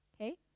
Okay